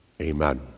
Amen